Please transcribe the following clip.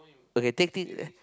okay take things